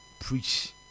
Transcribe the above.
preach